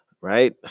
Right